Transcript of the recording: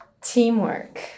Teamwork